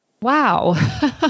wow